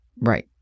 right